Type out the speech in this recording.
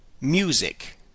music